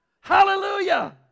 Hallelujah